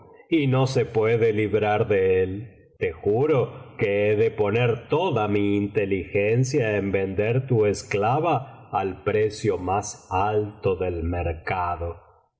y no se puede librar de él te juro que be de poner toda mi inteligencia en vender tu esclava al precio más alto del mercado e